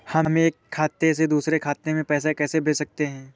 हम एक खाते से दूसरे खाते में पैसे कैसे भेज सकते हैं?